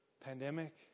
pandemic